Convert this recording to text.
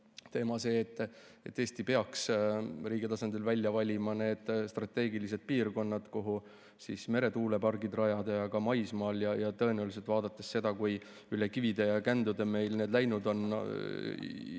teema see, et Eesti peaks riigi tasandil välja valima need strateegilised piirkonnad, kuhu rajada meretuulepargid ja ka [tuulepargid] maismaal. Tõenäoliselt, vaadates seda, kui üle kivide ja kändude meil see läinud on,